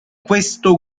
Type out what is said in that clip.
questo